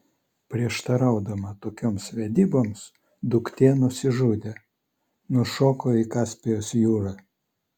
prieštaraudama tokioms vedyboms duktė nusižudė nušoko į kaspijos jūrą